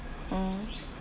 mm